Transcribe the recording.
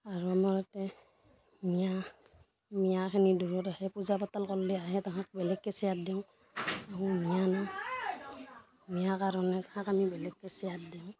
আৰু আমাৰ ইয়াতে মিঞা মিঞাখিনি দূৰত আহে পূজা পাতল কৰলে আহে তাহাক বেলেগকৈ চেয়াৰ দিওঁ তাহোন মিঞা না মিঞা কাৰণে তাহাক আমি বেলেগকৈ চেয়াৰ দিওঁ